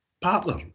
partner